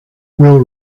we’ll